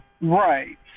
Right